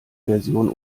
version